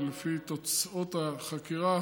ולפי תוצאות החקירה